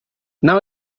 now